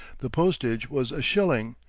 the postage was a shilling,